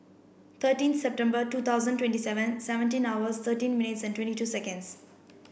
thirteen September two thousand twenty seven seventeen hours thirteen minutes and twenty two seconds